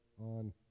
on